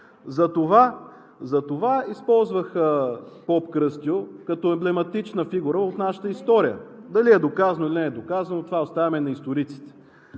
Затова използвах поп Кръстю като емблематична фигура от нашата история. Дали е доказано, или не е доказано, това оставяме на историците.